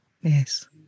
Yes